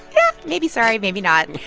yeah. maybe sorry, maybe not.